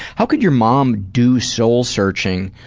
how could your mom do soul-searching